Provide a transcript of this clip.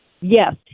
Yes